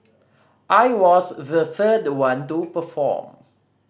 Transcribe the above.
I was the third one to perform